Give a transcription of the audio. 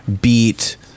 beat